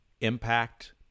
impact